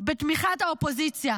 בתמיכת האופוזיציה